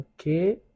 Okay